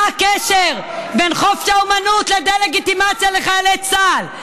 מה הקשר בין חופש האומנות לדה-לגיטימציה לחיילי צה"ל?